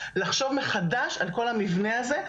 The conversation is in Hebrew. לחשוב מחדש על כל המבנה הזה,